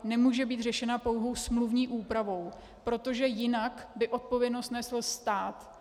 Nemůže být řešena pouhou smluvní úpravou, protože jinak by odpovědnost nesl stát.